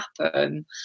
happen